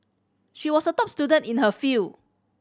she was a top student in her field